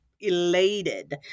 elated